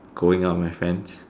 going out with my friends